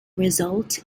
result